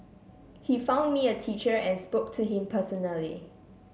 he found me a teacher and spoke to him personally